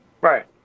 right